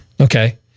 okay